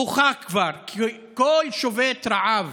הוכח כבר שכל שובת רעב